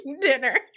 dinner